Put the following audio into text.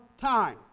time